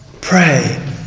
Pray